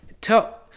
tell